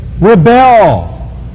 Rebel